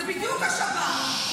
זה בדיוק השב"כ.